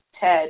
TED